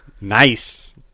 Nice